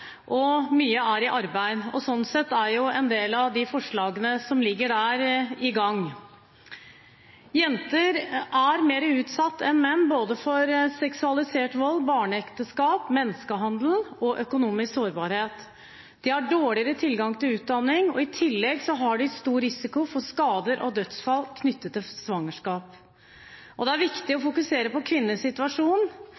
og mye er under arbeid. Sånn sett er en del av de forslagene som ligger her, i gang. Jenter er mer utsatt enn menn for både seksualisert vold, barneekteskap, menneskehandel og økonomisk sårbarhet. De har dårligere tilgang til utdanning, og i tillegg har de stor risiko for skader og dødsfall knyttet til svangerskap. Det er viktig å